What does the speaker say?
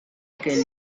kelly